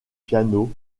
piano